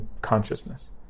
consciousness